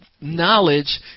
knowledge